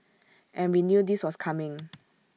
and we knew this was coming